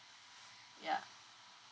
ya